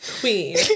queen